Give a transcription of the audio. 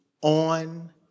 on